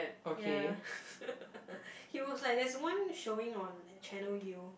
ya he was like there's one showing on Channel U